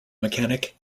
mechanic